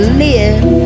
live